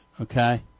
Okay